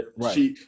right